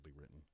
written